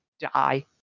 die